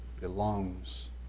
belongs